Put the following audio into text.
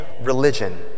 religion